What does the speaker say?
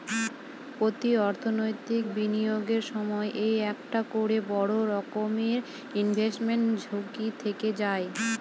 প্রতি অর্থনৈতিক বিনিয়োগের সময় এই একটা করে বড়ো রকমের ইনভেস্টমেন্ট ঝুঁকি থেকে যায়